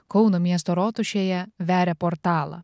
kauno miesto rotušėje veria portalą